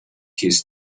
his